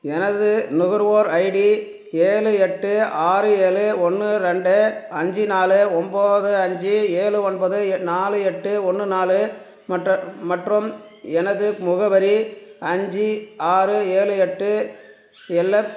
எனது நுகர்வோர் ஐடி ஏழு எட்டு ஆறு ஏழு ஒன்று ரெண்டு அஞ்சு நாலு ஒம்போது அஞ்சு ஏழு ஒன்பது ஏ நாலு எட்டு ஒன்று நாலு மற்றும் மற்றும் எனது முகவரி அஞ்சு ஆறு ஏழு எட்டு எல்ம்